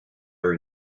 were